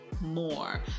more